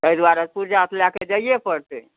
ताहि दुआरे पूर्जा तऽ लए कऽ जाइए पड़तै